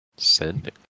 Send